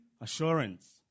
assurance